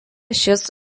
šis